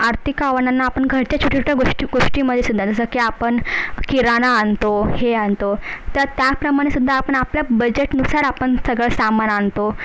आर्थिक आव्हानांना आपण घरच्या छोट्या छोट्या गोष्टी गोष्टीमध्ये सुद्धा जसं की आपण किराणा आणतो हे आणतो तर त्याप्रमाणे सुद्धा आपन आपल्या बजेटनुसार आपण सगळं सामान आणतो